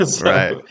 Right